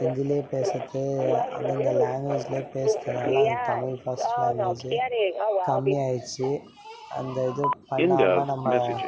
ஹிந்திலியே பேசுகிறது அந்தந்த லாங்குவேஜ்லேயே பேசுகிறதுனால அந்த தமிழ் ஃபஸ்ட் லாங்குவேஜ் கம்மி ஆகிடுச்சி அந்த இது பண்ணாமல் நம்ம